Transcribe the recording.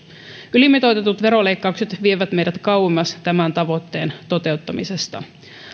ylimitoitetut veroleikkaukset vievät meidät kauemmas tämän tavoitteen toteuttamisesta